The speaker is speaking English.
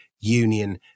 union